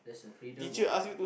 there's a freedom